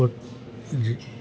जी